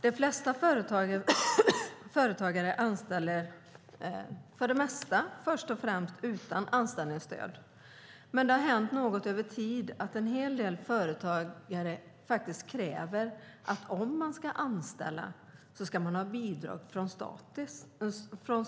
De flesta företagare anställer i första hand utan hjälp av anställningsstöd. Men över tid har en hel del företagare börjat kräva att om de ska anställa ska de få bidrag från staten.